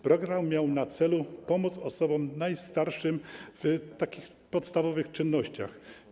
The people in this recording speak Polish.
Program miał na celu pomóc osobom najstarszym w podstawowych czynnościach.